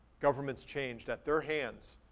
governments changed at their hands,